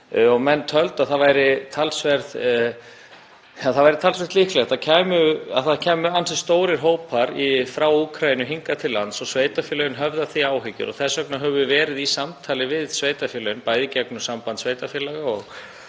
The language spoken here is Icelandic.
Menn töldu að það væri talsvert líklegt að það kæmu ansi stórir hópar frá Úkraínu hingað til lands og sveitarfélögin höfðu af því áhyggjur. Þess vegna höfum við verið í samtali við sveitarfélögin, bæði í gegnum Samband sveitarfélaga